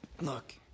Look